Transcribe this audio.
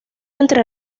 entre